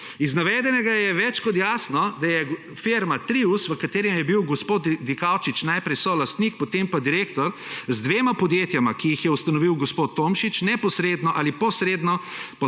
Iz navedenega je več kot jasno, da je firma Trius v katerem je bil gospod Dikaučič najprej solastnik potem pa direktor z dvema podjetjema, ki jih je ustanovil gospod Tomšič, neposredno ali posredno